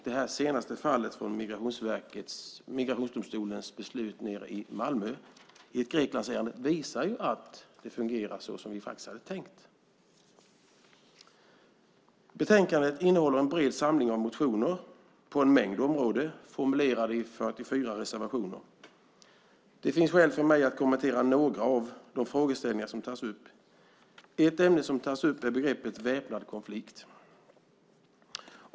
Det senaste fallet med migrationsdomstolens beslut nere i Malmö med ett Greklandsärende visar att det fungerar som vi hade tänkt. Betänkandet innehåller en bred samling av motioner på en mängd områden, formulerade i 44 reservationer. Det finns skäl för mig att kommentera några av de frågeställningar som tas upp. Ett ämne som tas upp är begreppet "väpnad konflikt".